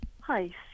Hi